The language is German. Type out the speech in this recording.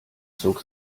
zog